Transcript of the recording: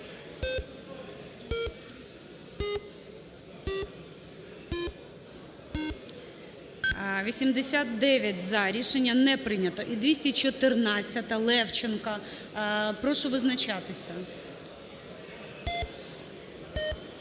За-89 Рішення не прийнято. І 214-а Левченка. Прошу визначатися.